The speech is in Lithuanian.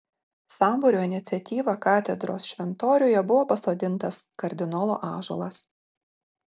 sambūrio iniciatyva katedros šventoriuje buvo pasodintas kardinolo ąžuolas